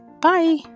Bye